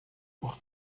por